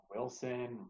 Wilson